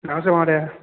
नमस्ते महोदयः